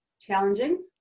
challenging